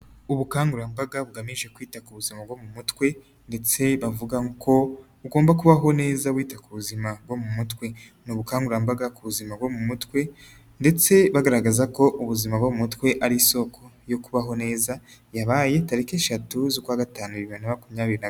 Ubukangurambaga bugamije kwita ku buzima bwo mu mutwe ndetse bavuga ko ugomba kubaho neza wita ku buzima bwo mu mutwe. Ni ubukangurambaga ku buzima bwo mu mutwe ndetse bagaragaza ko ubuzima bwo mu mutwe, ari isoko yo kubaho neza. Yabaye tariki eshatu z'ukwa gatanu bibiri na makumyabiri na gatatu.